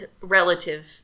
relative